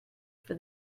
for